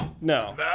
no